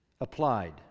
applied